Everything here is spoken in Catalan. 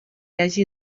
hagi